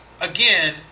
again